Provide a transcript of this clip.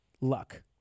luck